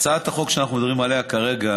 בהצעת החוק שאנחנו מדברים עליה כרגע